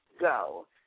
go